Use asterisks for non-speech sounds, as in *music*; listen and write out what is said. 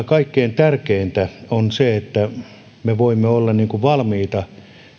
*unintelligible* kaikkein tärkeintä on se että me voimme olla valmiita